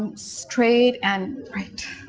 straight and right.